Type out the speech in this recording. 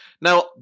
Now